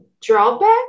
Drawback